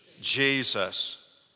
Jesus